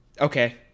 okay